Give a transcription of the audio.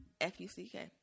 F-U-C-K